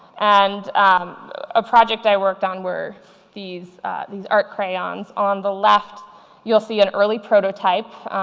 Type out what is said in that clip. and a project i worked on were these these art crayons. on the left you'll see an early prototype.